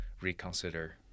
reconsider